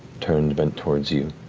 turn to bend towards you